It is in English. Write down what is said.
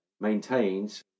maintains